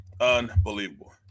Unbelievable